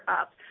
up